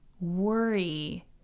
worry